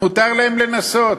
מותר להם לנסות.